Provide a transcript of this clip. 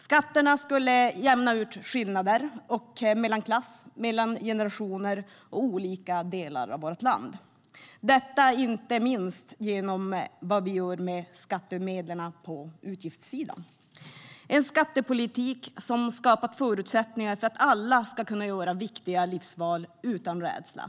Skatterna skulle jämna ut skillnader mellan klasser, mellan generationer och mellan olika delar av vårt land, inte minst genom vad vi gör med skattemedlen på utgiftssidan. Det är en skattepolitik som har skapat förutsättningar för att alla ska kunna göra viktiga livsval utan rädsla.